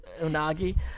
unagi